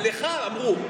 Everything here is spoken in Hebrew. לך אמרו.